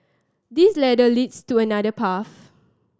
this ladder leads to another path